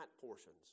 portions